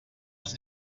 els